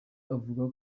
avuga